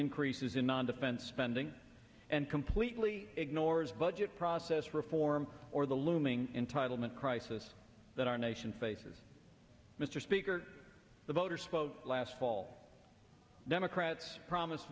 increases in non defense spending and completely ignores budget process reform or the looming entitlement crisis that our nation faces mr speaker the voters vote last fall democrats promise